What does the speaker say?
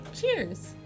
Cheers